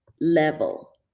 level